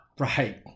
Right